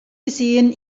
gesehen